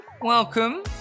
welcome